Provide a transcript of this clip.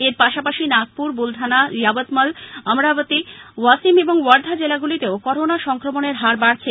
এর পাশাপাশি নাগপুর বুলধানা যাবতমল অমরাবতী ওয়াসিম এবং ওয়ার্ধা জেলাগুলিতেও করোনা সংক্রমনের হার বাড়ছে